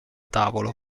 tavolo